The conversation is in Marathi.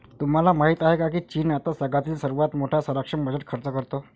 तुम्हाला माहिती आहे का की चीन आता जगातील सर्वात मोठा संरक्षण बजेट खर्च करतो?